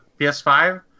ps5